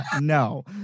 no